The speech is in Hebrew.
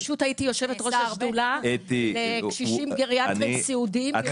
פשוט הייתי יושבת-ראש השדולה לקשישים גריאטריים סיעודיים.